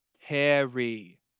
Harry